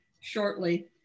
shortly